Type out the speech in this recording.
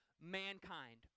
mankind